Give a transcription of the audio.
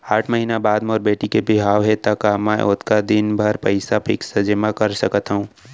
आठ महीना बाद मोर बेटी के बिहाव हे का मैं ओतका दिन भर पइसा फिक्स जेमा कर सकथव?